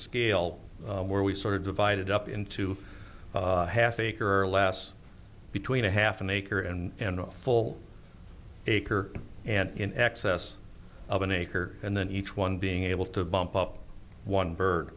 scale where we sort of divided up into half acre or last between a half an acre and full acre and in excess of an acre and then each one being able to bump up one bird